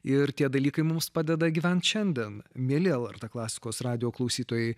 ir tie dalykai mums padeda gyvent šiandien mieli lrt klasikos radijo klausytojai